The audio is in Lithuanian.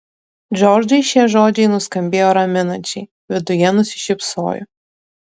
džordžai šie žodžiai nuskambėjo raminančiai viduje nusišypsojo